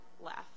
left